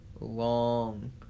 long